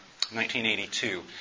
1982